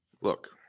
Look